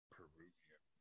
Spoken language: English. Peruvian